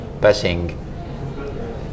passing